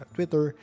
Twitter